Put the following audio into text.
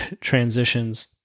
transitions